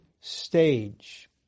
stage